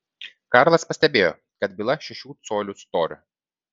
karlas pastebėjo kad byla šešių colių storio